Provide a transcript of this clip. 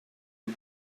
who